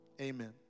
Amen